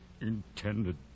intended